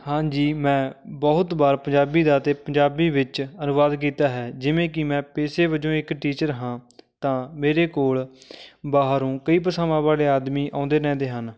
ਹਾਂਜੀ ਮੈਂ ਬਹੁਤ ਵਾਰ ਪੰਜਾਬੀ ਦਾ ਅਤੇ ਪੰਜਾਬੀ ਵਿੱਚ ਅਨੁਵਾਦ ਕੀਤਾ ਹੈ ਜਿਵੇਂ ਕਿ ਮੈਂ ਪੇਸ਼ੇ ਵਜੋਂ ਇੱਕ ਟੀਚਰ ਹਾਂ ਤਾਂ ਮੇਰੇ ਕੋਲ ਬਾਹਰੋਂ ਕਈ ਭਾਸ਼ਾਵਾਂ ਵਾਲੇ ਆਦਮੀ ਆਉਂਦੇ ਰਹਿੰਦੇ ਹਨ